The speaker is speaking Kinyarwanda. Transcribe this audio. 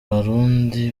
barundi